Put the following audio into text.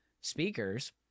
speakers